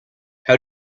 how